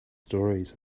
stories